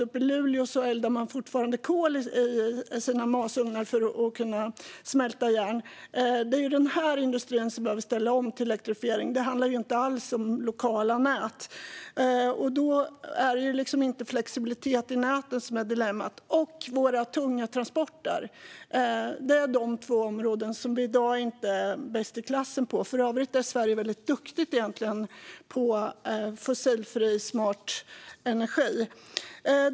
Uppe i Luleå eldar man fortfarande med kol i masugnarna för att kunna smälta järn. Det är denna industri som behöver ställa om till elektrifiering. Det handlar inte alls om lokala nät, och då är det inte flexibiliteten i näten som är dilemmat. Och så har vi våra tunga transporter. Det är på dessa två områden vi inte är bäst i klassen i dag. För övrigt är Sverige väldigt duktigt på fossilfri, smart energi.